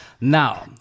Now